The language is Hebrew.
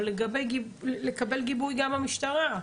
ולקבל גיבוי גם מהמשטרה.